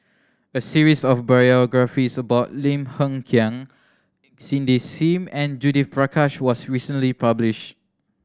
a series of biographies about Lim Hng Kiang Cindy Sim and Judith Prakash was recently publish